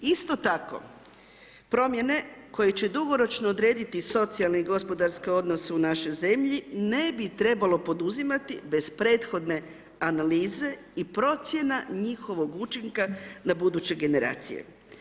Isto tako, promjene koje će dugoročno odrediti socijalni i gospodarske odnose u našoj zemlji ne bi trebalo poduzimati bez prethodne analize i procjena njihovog učinka na buduće generacije.